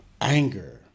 anger